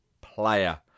player